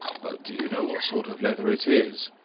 but do you know what sort of leather it is?